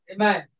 Amen